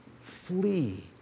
Flee